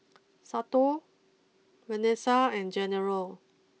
Santo Venessa and General